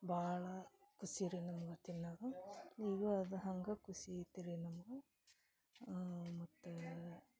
ಭಾಳ ಖುಷಿ ರೀ ನಮ್ಗ ತಿನ್ನೋದು ಈಗ ಅದು ಹಂಗೆ ಖುಷಿ ಐತೆ ರೀ ನಮ್ಗ ಮತ್ತು